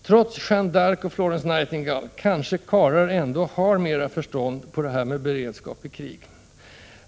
Trots Jeanne d”Arc och Florence Nightingale kanske karlar ändå har mera förstånd på det här med beredskap i krig.